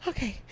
Okay